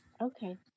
okay